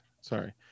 Sorry